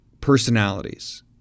personalities